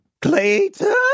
Clayton